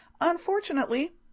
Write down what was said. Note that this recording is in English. Unfortunately